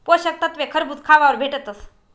पोषक तत्वे खरबूज खावावर भेटतस